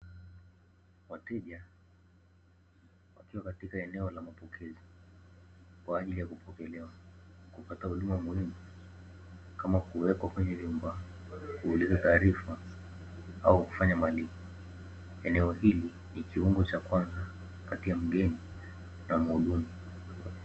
Wateja wakiwa katika eneo la mapokezi kwaajili ya kupokelewa kupata huduma muhimu kama kuwekwa kwenye vyumba, kuuliza taarifa au kufanya malipo, eneo hili ni kiungo cha kwanza kati ya mgeni na mhudumu.